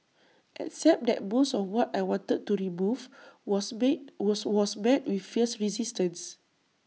except that most of what I wanted to remove was meet was was met with fierce resistance